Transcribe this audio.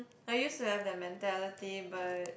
I used to have that mentality but